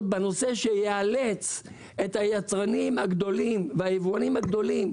בנושא שתיאלץ את היצרנים הגדולים והיבואנים הגדולים,